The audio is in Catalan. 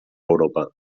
europa